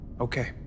Okay